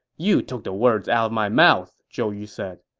you took the words out of my mouth, zhou yu said.